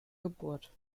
geburt